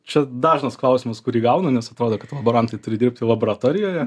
čia dažnas klausimas kurį gaunu nes atrodo kad laborantai turi dirbti laboratorijoje